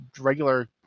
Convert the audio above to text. regular